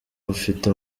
bufite